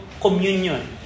communion